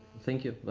thank you.